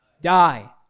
Die